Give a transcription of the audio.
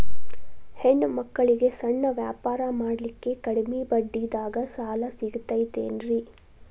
ಹೆಣ್ಣ ಮಕ್ಕಳಿಗೆ ಸಣ್ಣ ವ್ಯಾಪಾರ ಮಾಡ್ಲಿಕ್ಕೆ ಕಡಿಮಿ ಬಡ್ಡಿದಾಗ ಸಾಲ ಸಿಗತೈತೇನ್ರಿ?